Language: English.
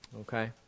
Okay